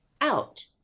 out